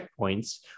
checkpoints